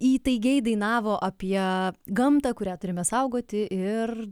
įtaigiai dainavo apie gamtą kurią turime saugoti ir